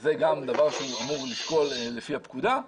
שזה גם דבר שהוא אמור לשקול לפי הפקודה,